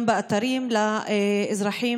גם באתרים לאזרחים